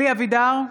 (קוראת בשמות חברי הכנסת) אלי אבידר,